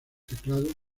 teclado